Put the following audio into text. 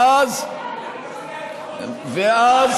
ואז,